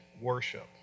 worship